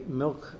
milk